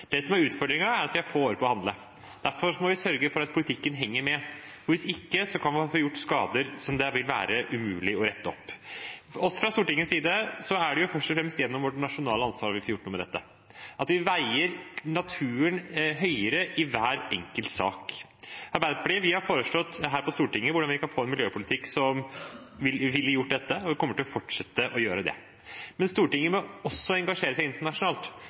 Det som er utfordringen, er at vi har få år på å handle, og derfor må vi sørge for at politikken henger med. Hvis ikke kan man få gjort skader det vil være umulig å rette opp. Fra Stortingets side er det først og fremst gjennom vårt nasjonale ansvar vi får gjort noe med dette, at vi veier naturen høyere i hver enkelt sak. Arbeiderpartiet har foreslått her på Stortinget hvordan vi kan få en miljøpolitikk som ville gjort dette, og vi kommer til å fortsette å gjøre det. Men Stortinget må også engasjere seg internasjonalt,